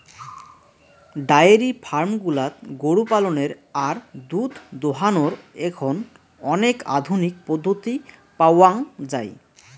diary farm গুলাত গরু পালনের আর দুধ দোহানোর এখন অনেক আধুনিক পদ্ধতি পাওয়াঙ যাই